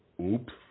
Oops